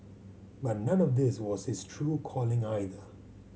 but none of this was his true calling either